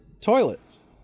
toilets